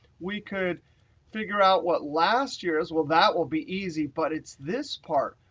we could figure out what last year is, well, that will be easy. but it's this part.